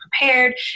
prepared